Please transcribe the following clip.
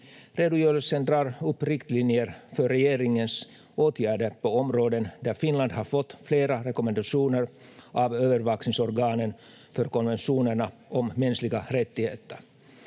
Redogörelsen drar upp riktlinjer för regeringens åtgärder på områden där Finland har fått flera rekommendationer av övervakningsorganen för konventionerna om mänskliga rättigheter.